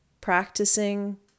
practicing